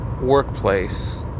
workplace